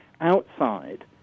outside